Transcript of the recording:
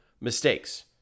mistakes